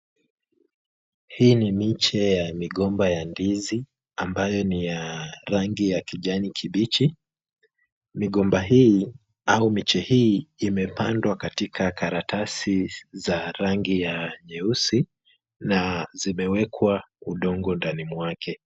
Hii ni miche ya migomba ya ndizi ambayo ni ya rangi ya kijani kibichi, Migomba hii au miche hii imepandwa katika karatasi za rangi ya nyeusi na zimewekwa udongo ndani mwake.